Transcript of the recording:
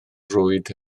rwyd